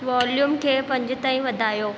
volume खे पंज ताईं वधायो